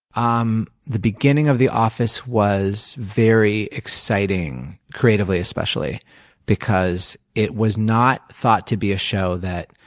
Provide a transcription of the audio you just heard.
um the beginning of the office was very exciting creatively, especially because it was not thought to be a show that,